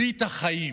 ברית החיים.